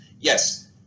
yes